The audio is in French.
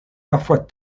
parfois